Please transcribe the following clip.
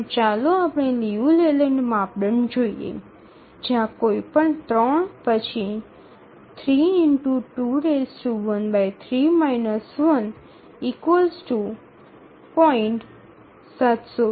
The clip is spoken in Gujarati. પણ ચાલો આપણે લિયુ લેલેન્ડ માપદંડ જોઈએ જ્યાં કોઈપણ 3 પછી 32−10